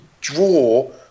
draw